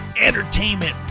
entertainment